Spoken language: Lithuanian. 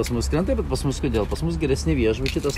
pas mus krenta bet pas mus kodėl pas mus geresni viešbučiai tas